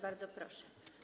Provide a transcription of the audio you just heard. Bardzo proszę.